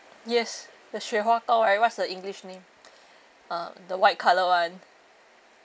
yes the 雪花膏 right what's the english name uh the white colour one